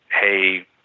hey